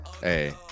Hey